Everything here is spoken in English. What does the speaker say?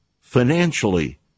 financially